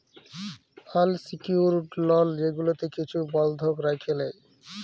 আল secured লল যেগুলাতে কিছু বল্ধক রাইখে লেই